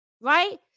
right